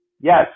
Yes